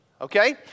Okay